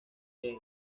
james